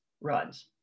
runs